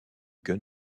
gun